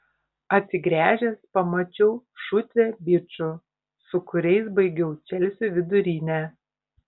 atsigręžęs pamačiau šutvę bičų su kuriais baigiau čelsio vidurinę